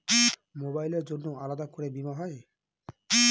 মোবাইলের জন্য আলাদা করে বীমা হয়?